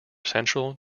central